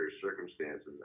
circumstances